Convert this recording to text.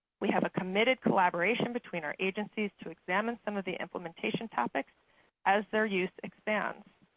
we have a committed collaboration between our agencies to examine some of the implementation topics as their use expands.